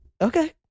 Okay